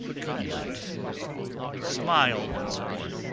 good night smile once more,